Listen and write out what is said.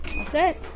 Okay